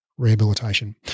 rehabilitation